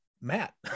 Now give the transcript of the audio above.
Matt